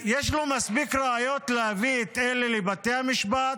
יש לו מספיק ראיות להביא את אלה לבתי המשפט,